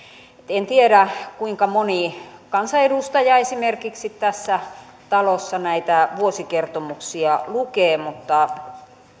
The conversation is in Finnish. en tiedä kuinka moni kansanedustaja esimerkiksi tässä talossa näitä vuosikertomuksia lukee mutta